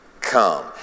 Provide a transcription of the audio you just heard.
come